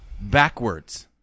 backwards